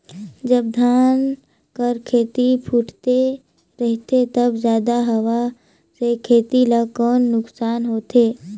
जब धान कर खेती फुटथे रहथे तब जादा हवा से खेती ला कौन नुकसान होथे?